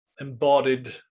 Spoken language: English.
embodied